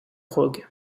roeg